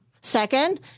Second